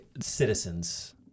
citizens